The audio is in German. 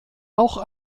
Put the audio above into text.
auch